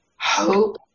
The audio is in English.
hope